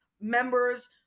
members